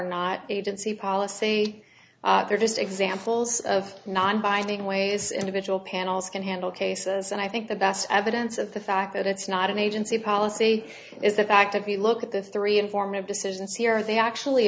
not agency policy they're just examples of non binding ways individual panels can handle cases and i think the best evidence of the fact that it's not an agency policy is the fact if you look at the three informed decisions here they actually